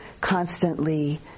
constantly